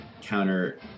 counter